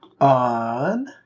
On